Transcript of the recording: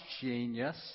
genius